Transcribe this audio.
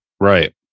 Right